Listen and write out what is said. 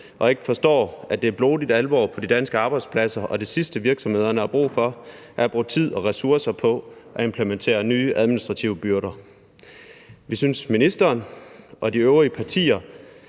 og ikke forstår, at det er blodig alvor på de danske arbejdspladser, og det sidste, virksomhederne har brug for, er at bruge tid og ressourcer på at implementere nye administrative byrder. Vi synes, ministeren og de øvrige partier,